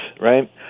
right